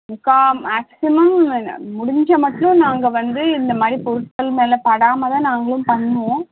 முக்கால் மேக்சிமம் முடிஞ்சால் மட்டும் நாங்கள் வந்து இந்த மாதிரி பொருட்கள் மேலே படாமல் தான் நாங்களும் பண்ணுவோம்